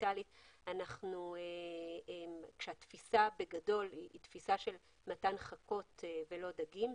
דיגיטלית כאשר התפיסה בגדול היא תפיסה של מתן חכות ולא דגים.